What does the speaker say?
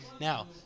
Now